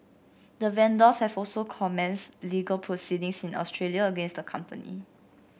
the vendors have also commenced legal proceedings in Australia against the company